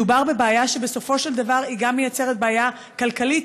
מדובר בבעיה שבסופו של דבר גם מייצרת בעיה כלכלית,